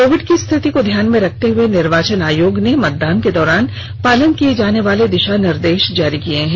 Covid की स्थिति को ध्यान में रखते हुए निर्वाचन आयोग ने मतदान के दौरान पालन किये जाने वाले दिशा निर्देश जारी किये हैं